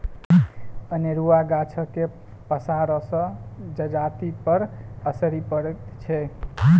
अनेरूआ गाछक पसारसँ जजातिपर असरि पड़ैत छै